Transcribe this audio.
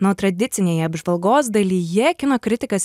na o tradicinėj apžvalgos dalyje kino kritikas